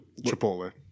Chipotle